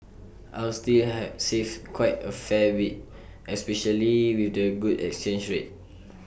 I'll still have save quite A fair especially with the good exchange rate